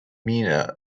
mina